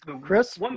Chris